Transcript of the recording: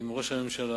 עם ראש הממשלה